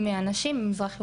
מתוך הנשים במזרח ירושלים.